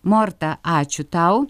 morta ačiū tau